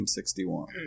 1961